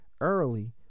early